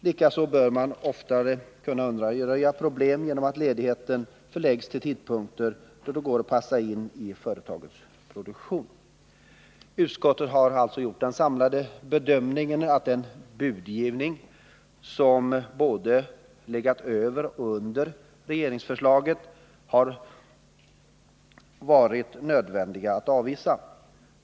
Likaså bör man ofta kunna undanröja problem genom att ledigheten förläggs till tidpunkter som går att passa in i företagets produktion. Utskottet har gjort den samlade bedömningen att det har varit nödvändigt 103 att avvisa den ”budgivning” som legat både över och under regeringsförslaget.